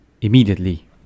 immediately